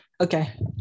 okay